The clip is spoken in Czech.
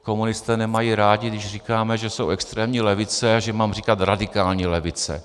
Komunisté nemají rádi, když říkáme, že jsou extrémní levice a že jim mám říkat radikální levice.